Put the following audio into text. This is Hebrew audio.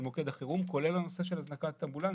מוקד החירום, כולל הנושא של הזנקת אמבולנסים.